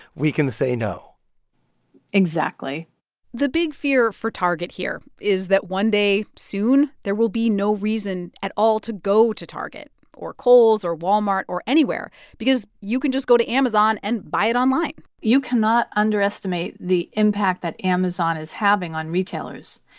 we can say no exactly the big fear for target here is that one day soon, there will be no reason at all to go to target or kohl's or walmart or anywhere because you can just go to amazon and buy it online you cannot underestimate the impact that amazon is having on retailers.